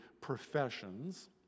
professions